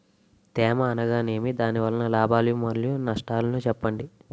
తేమ అనగానేమి? దాని వల్ల లాభాలు మరియు నష్టాలను చెప్పండి?